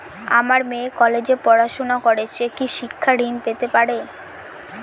আমার মেয়ে কলেজে পড়াশোনা করে সে কি শিক্ষা ঋণ পেতে পারে?